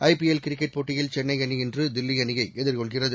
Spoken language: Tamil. ஐபிஎல் கிரிக்கெட் போட்டியில் சென்னை அணி இன்று தில்லி அணியை எதிர்கொள்கிறது